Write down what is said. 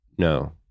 no